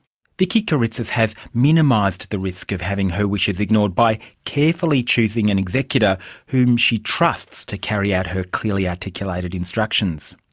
vickie kyritsis has minimised the risk of having her wishes ignored by carefully choosing an executor whom she trusts to carry out her clearly articulated instructions.